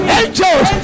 angels